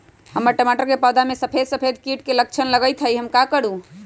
हमर टमाटर के पौधा में सफेद सफेद कीट के लक्षण लगई थई हम का करू?